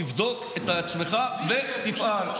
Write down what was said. תבדוק את עצמך ותפעל.